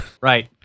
Right